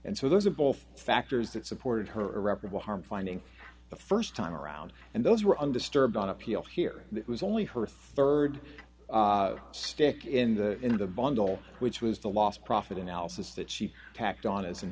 and so those are both factors that supported her irreparable harm finding the st time around and those were undisturbed on appeal here it was only her rd stick in the in the bundle which was the last prophet analysis that she tacked on as an